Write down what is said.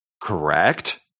correct